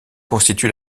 constitue